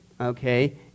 okay